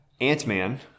Ant-Man